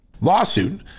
lawsuit